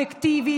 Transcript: אפקטיבית,